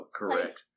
correct